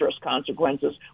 consequences